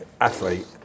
Athlete